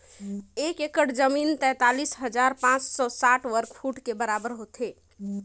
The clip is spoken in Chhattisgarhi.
एक एकड़ जमीन तैंतालीस हजार पांच सौ साठ वर्ग फुट के बराबर होथे